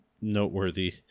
noteworthy